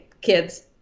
kids